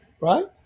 Right